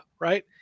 right